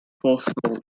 postal